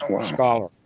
scholar